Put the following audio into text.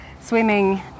swimming